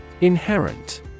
Inherent